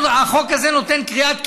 החוק הזה נותן קריאת כיוון.